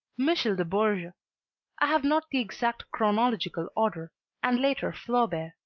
michel de bourges i have not the exact chronological order and later flaubert.